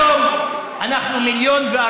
אתה יכול להיות רוב לאומי ברמאללה.